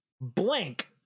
Blank